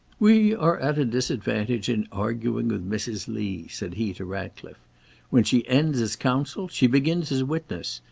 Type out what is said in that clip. we are at a disadvantage in arguing with mrs. lee, said he to ratcliffe when she ends as counsel, she begins as witness.